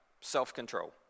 self-control